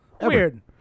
weird